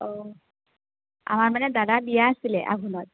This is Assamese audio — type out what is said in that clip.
অঁ আমাৰ মানে দাদাৰ বিয়া আছিলে আঘোণত